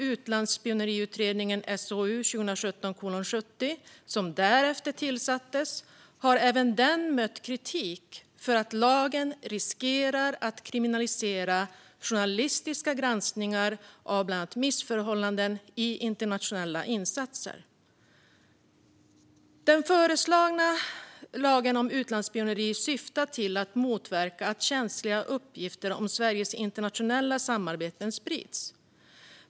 Utlandsspioneriutredningen, SOU 2017:70, som därefter tillsattes, har även den mött kritik för att lagen riskerar att kriminalisera journalistiska granskningar av bland annat missförhållanden i internationella insatser. Den föreslagna lagen om utlandsspioneri syftar till att motverka att känsliga uppgifter om Sveriges internationella samarbeten sprids.